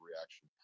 reaction